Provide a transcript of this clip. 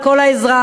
על כל העזרה,